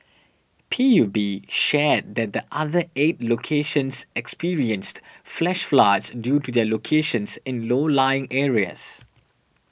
P U B shared that the other eight locations experienced flash floods due to their locations in low lying areas